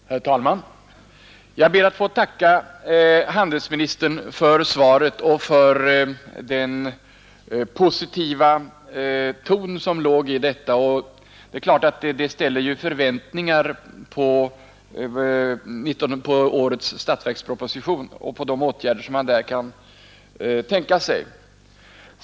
Herr talman! Jag ber att få tacka handelsministern för svaret och för den positiva ton som låg i detta. Det är klart att det gör att man ställer förväntningar på nästa års statsverksproposition och på de åtgärder som där kan tänkas.